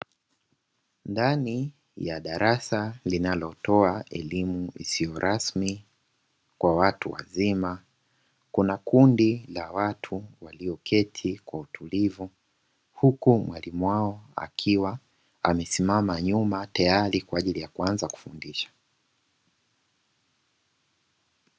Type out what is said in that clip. Ndani ya darasa linalotoa elimu isio rasmi kwa watu wazima kuna kundi la watu walioketi kwa utulivu, huku mwalimu wao akiwa amesimama nyuma tayari kwa ajili ya kuanza kufundisha.